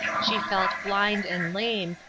she felt blind and lame,